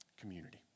Community